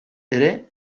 ere